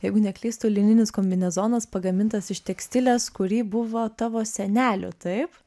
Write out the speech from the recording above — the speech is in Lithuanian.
jeigu neklystu lininis kombinezonas pagamintas iš tekstilės kuri buvo tavo senelių taip